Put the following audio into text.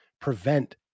prevent